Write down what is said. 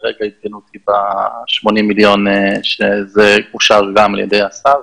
כרגע עדכנו אותי ב-80 מיליון שזה אושר גם על ידי השר.